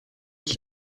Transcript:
qui